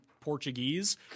Portuguese